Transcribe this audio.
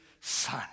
Son